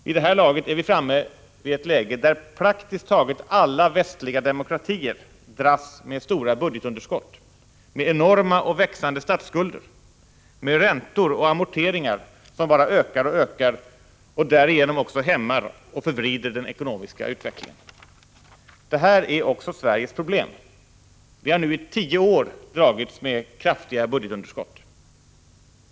Vid det hä laget är vi framme vid ett läge där praktiskt taget alla västliga demokrat dras med stora budgetunderskott, med enorma och växande statsskulder med räntor och amorteringar som bara ökar och ökar och därigenom ocker hämmar och förvrider den ekonomiska utvecklingen. Det här är också Sveriges problem. Vi har nu i tio år dragits med sände budgetunderskott.